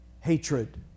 Hatred